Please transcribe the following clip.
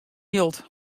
jild